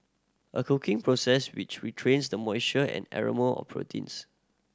a cooking process which retrains the moisture and aroma of proteins